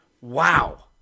Wow